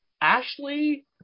Ashley